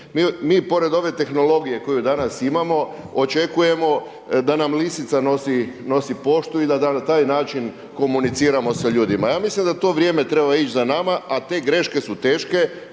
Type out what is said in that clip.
Mi pored ove tehnologije koju danas imamo očekujemo da nam lisica nosi poštu i da na taj način komuniciramo sa ljudima. Ja mislim da to vrijeme treba ići za nama, a te greške su teške,